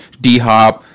D-Hop